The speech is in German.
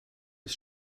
ist